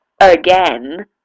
again